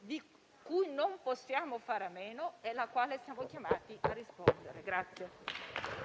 di cui non possiamo fare a meno e alla quale siamo chiamati a rispondere.